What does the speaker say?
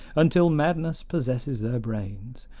until madness possesses their brains,